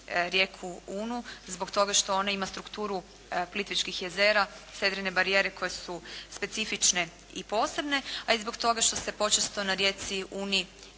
rijeku Unu zbog toga što ona ima strukturu Plitvičkih jezera, sedrene barijere koje su specifične i posebne, a i zbog toga što se počesto na rijeci Uni posebno